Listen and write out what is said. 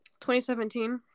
2017